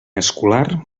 escolar